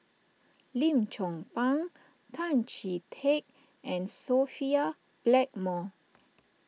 Lim Chong Pang Tan Chee Teck and Sophia Blackmore